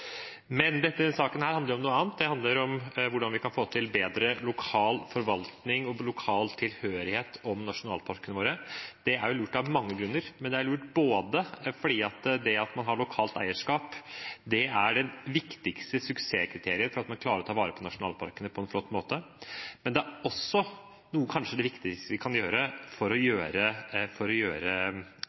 dette området. Men denne saken handler om noe annet. Den handler om hvordan vi kan få til bedre lokal forvaltning av og tilhørighet til nasjonalparkene våre. Det er lurt av mange grunner. Det er lurt ikke bare fordi det at man har lokalt eierskap, er det viktigste suksesskriteriet for at man klarer å ta vare på nasjonalparkene på en flott måte, men det er kanskje også noe av det viktigste vi kan gjøre for å gjøre